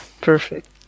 perfect